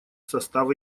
состав